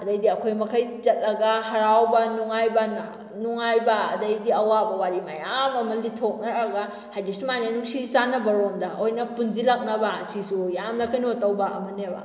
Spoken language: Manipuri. ꯑꯗꯩꯗꯤ ꯑꯩꯈꯣꯏ ꯃꯈꯩ ꯆꯠꯂꯒ ꯍꯔꯥꯎꯕ ꯅꯨꯡꯉꯥꯏꯕ ꯅꯨꯡꯉꯥꯏꯕ ꯑꯗꯩꯗꯤ ꯑꯋꯥꯕ ꯋꯥꯔꯤ ꯃꯌꯥꯝ ꯑꯃ ꯂꯤꯊꯣꯛꯅꯔꯒ ꯍꯥꯏꯗꯤ ꯁꯨꯃꯥꯏꯅ ꯅꯨꯡꯁꯤ ꯆꯥꯟꯅꯕ ꯔꯣꯝꯗ ꯑꯣꯏꯅ ꯄꯨꯟꯁꯤꯜꯂꯛꯅꯕ ꯁꯤꯁꯨ ꯌꯥꯝꯅ ꯀꯩꯅꯣ ꯇꯧꯕ ꯑꯃꯅꯦꯕ